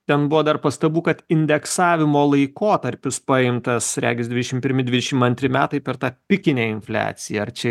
ten buvo dar pastabų kad indeksavimo laikotarpis paimtas regis dvidešimt pirmi dvidešimt antri metai per tą pikinę infliaciją ar čia